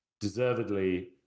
deservedly